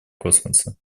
космоса